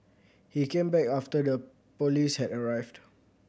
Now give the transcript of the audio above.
he came back after the police had arrived